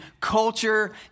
culture